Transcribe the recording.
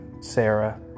Sarah